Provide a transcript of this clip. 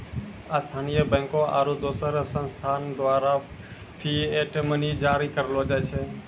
स्थानीय बैंकों आरू दोसर संस्थान द्वारा फिएट मनी जारी करलो जाय छै